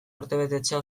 urtebetetzea